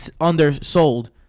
undersold